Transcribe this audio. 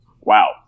Wow